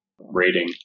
rating